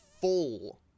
full